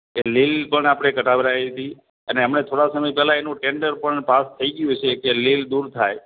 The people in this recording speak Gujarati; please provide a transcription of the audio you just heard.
એ લીલ પણ આપણે કઢાવડાવી હતી અને હમણાં થોડા સમય પહેલાં એનું ટેન્ડર પણ પાસ થઇ ગયું છે કે લીલ દૂર થાય